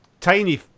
Tiny